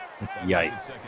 Yikes